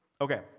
Okay